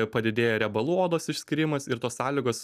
padidėja riebalų odos išskyrimas ir tos sąlygos